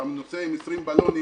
אתה נוסע עם עשרים בלונים